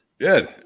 Good